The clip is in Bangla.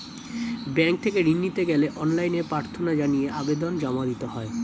ব্যাংক থেকে ঋণ নিতে গেলে অনলাইনে প্রার্থনা জানিয়ে আবেদন জমা দিতে হয়